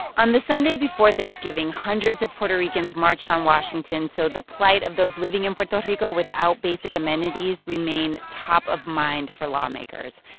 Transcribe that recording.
on the sunday before thanksgiving, hundreds of puerto ricans marched on washington so the plight of those living in puerto rico without basic amenities remain top of mind for lawmakers.